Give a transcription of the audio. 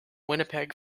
winnipeg